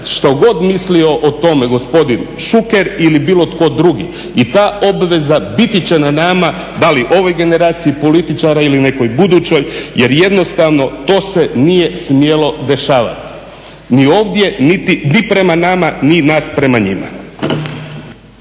Što god mislio o tome gospodin Šuker ili bilo tko drugi i ta obveza biti će na nama, da li ovoj generaciji političara ili nekoj budućoj jer jednostavno to se nije smjelo dešavati ni ovdje niti, ni prema nama ni nas prema njima.